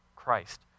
Christ